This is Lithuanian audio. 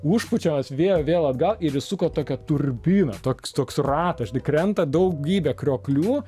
užpučiamas vėjo vėl atgal ir įsuko tokią turbiną toks toks ratas žinai krenta daugybė krioklių